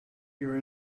your